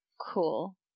cool